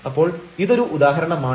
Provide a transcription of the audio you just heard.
അപ്പോൾ ഇതൊരു ഉദാഹരണമാണ്